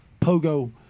Pogo